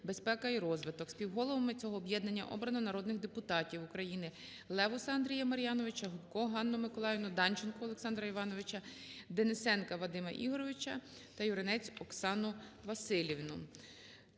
"Безпека і розвиток". Співголовами цього об'єднання обрано народних депутатів України:Левуса Андрія Мар'яновича, Гопко Ганну Миколаївну, Данченка Олександра Івановича, Денисенка Вадима Ігоровича та Юринець Оксану Василівну.